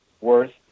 worth